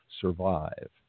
survive